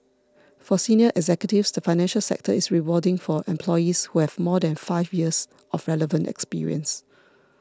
for senior executives the financial sector is rewarding for employees who have more than five years of relevant experience